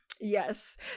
Yes